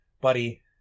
buddy